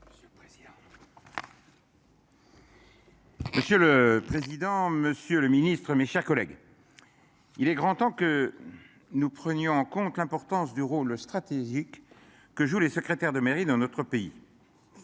Monsieur le président, Monsieur le Ministre, mes chers collègues. Il est grand temps que nous prenions en compte l'importance du rôle stratégique que joue les secrétaires de mairie dans notre pays.